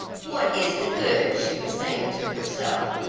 what is the good, she was saying to herself,